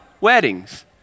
weddings